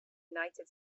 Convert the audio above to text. united